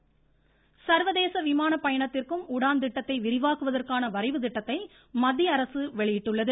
உடான் திட்டம் சர்வதேச விமான பயணத்திற்கும் உடான் திட்டத்தை விரிவாக்குவதற்கான வரைவு திட்டத்தை மத்திய அரசு வெளியிட்டுள்ளது